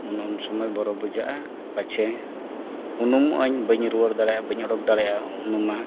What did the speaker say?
ᱚᱱᱮ ᱩᱱ ᱥᱚᱢᱚᱭ ᱵᱚᱨᱚ ᱵᱩᱡᱷᱟᱹᱜᱼᱟ ᱯᱟᱪᱮᱫ ᱩᱱᱩᱢᱚᱜ ᱟᱹᱧ ᱵᱟᱹᱧ ᱨᱩᱣᱟᱹᱲ ᱫᱟᱲᱮᱭᱟᱜᱼᱟ ᱵᱟᱹᱧ ᱚᱰᱚᱠ ᱫᱟᱲᱮᱭᱟᱜᱼᱟ ᱩᱱᱩᱢᱟ